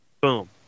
boom